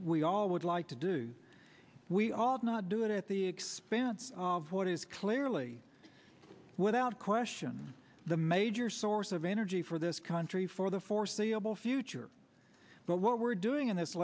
we all would like to do we all do not do it at the expense of what is clearly without question the major source of energy for this country for the foreseeable future but what we're doing in this